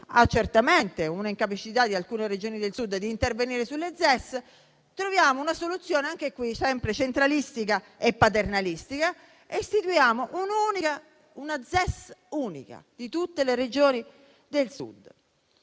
di fronte all'incapacità di alcune Regioni del Sud di intervenire sulle ZES, troviamo una soluzione, anche qui sempre centralistica e paternalistica, e ne istituiamo una unica di tutte le Regioni del Sud.